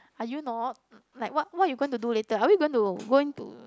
are you not like what what you going to do later are we going to go into